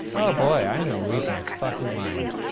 boy, i'm gonna lose my fucking mind.